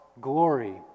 glory